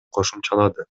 кошумчалады